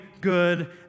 good